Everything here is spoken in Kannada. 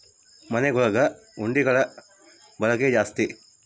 ಮನೆಗುಳಗ ಹುಂಡಿಗುಳ ಬಳಕೆ ಜಾಸ್ತಿ